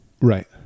right